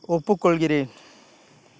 ஒப்புக்கொள்கிறேன்